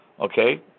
Okay